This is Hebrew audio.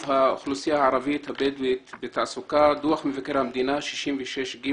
האוכלוסייה הערבית והבדואית בתעסוקה - דוח מבקר המדינה 66ג